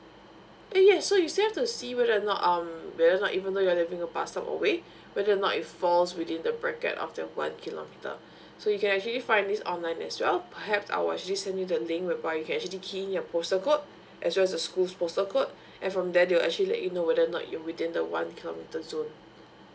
yes so you still have to see whether or not um whether or not even though you are living a bus stop away whether or not if falls within the bracket of the one kilometer so you can actually find this online as well perhaps I'll just send you the link whereby you can actually key in your postal code as well as the school's postal code and from there they'll actually let you know whether or not you're within the one kilometer zone